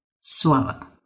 swallow